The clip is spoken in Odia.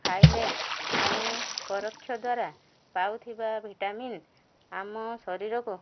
ଖାଇଲେ ଆମେ ପରୋକ୍ଷ ଦ୍ୱାରା ପାଉଥିବା ଭିଟାମିନ୍ ଆମ ଶରୀରକୁ